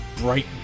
bright